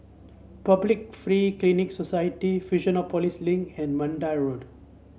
Public Free Clinic Society Fusionopolis Link and Mandai Road